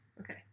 Okay